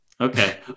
Okay